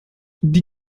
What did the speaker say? die